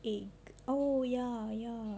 eh oh ya ya